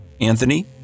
Anthony